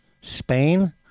Spain